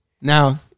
Now